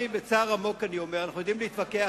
בצער עמוק אני אומר: אנחנו יודעים להתווכח,